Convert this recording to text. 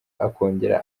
akongera